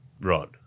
Rod